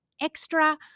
extra